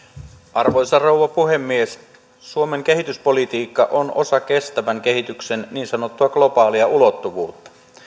arvoisa rouva puhemies suomen kehityspolitiikka on osa kestävän kehityksen niin sanottua globaalia ulottuvuutta